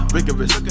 Rigorous